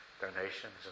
donations